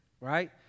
right